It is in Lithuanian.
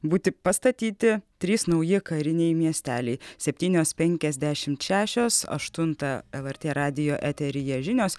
būti pastatyti trys nauji kariniai miesteliai septynios penkiasdešimt šešios aštuntą lrt radijo eteryje žinios